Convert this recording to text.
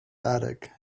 attic